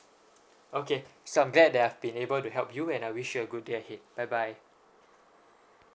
okay so I'm glad that I've been able to help you and I wish you a good day ahead bye bye